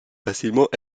facilement